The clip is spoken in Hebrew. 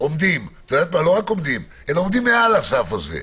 עומדים מעל הסף הזה,